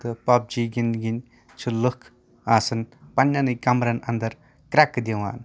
تہٕ PUBG گنٛدۍ گِنٛدۍ چھِ لُکھ آسن پَنٕنٮ۪ٕنے کَمرن اَنٛدرکرٛٮ۪کھٕ دِوان